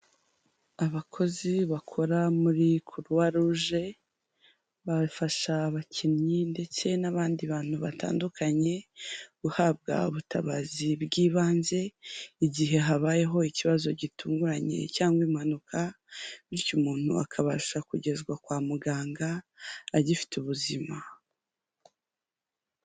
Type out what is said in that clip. Abakozi bakora muri Croix Rouge bafasha abakinnyi ndetse n'abandi bantu batandukanye guhabwa ubutabazi bw'ibanze, igihe habayeho ikibazo gitunguranye cyangwa impanuka, bityo umuntu akabasha kugezwa kwa muganga agifite ubuzima.